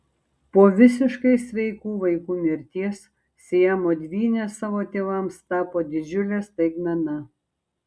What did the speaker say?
po visiškai sveikų vaikų mirties siamo dvynės savo tėvams tapo didžiule staigmena